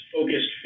focused